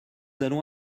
allons